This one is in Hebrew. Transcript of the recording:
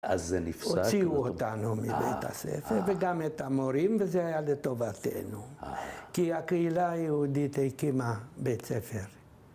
אז זה נפסק? - הוציאו אותנו מבית הספר, וגם את המורים, וזה היה לטובתנו. כי הקהילה היהודית הקימה בית ספר.